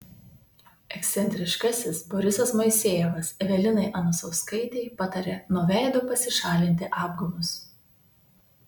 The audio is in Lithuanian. ekscentriškasis borisas moisejevas evelinai anusauskaitei patarė nuo veido pasišalinti apgamus